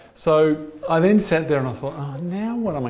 so, i then sat there and i thought ah now what am i